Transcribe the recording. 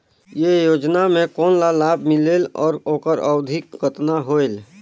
ये योजना मे कोन ला लाभ मिलेल और ओकर अवधी कतना होएल